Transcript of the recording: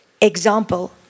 example